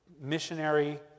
missionary